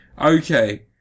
okay